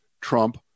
Trump